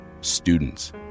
students